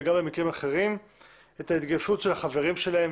וגם במקרים אחרים את ההתגייסות של החברים שלהם,